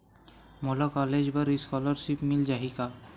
मोला कॉलेज बर स्कालर्शिप मिल जाही का?